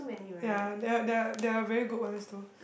ya there are there are there are very good ones though